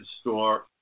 store